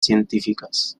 científicas